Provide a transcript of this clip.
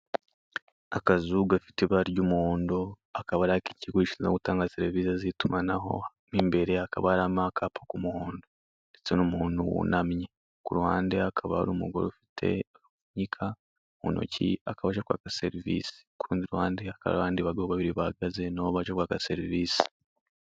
Akazu gafite ibara ry'umuhondo, akaba ari ak'ikigo gishinzwe gutanga serivisi z'itumanaho, mo imbere hakaba harimo akapa k'umuhondo ndetse n'umuntu wunamye. Ku ruhande hakaba hari umugore ufite agapfunyika mu ntoki, akaba aje kwaka serivisi. Ku rundi ruhande hakaba hari abandi bagabo babiri bahagaze na bo baje kwaka serivisi.